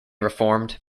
reformed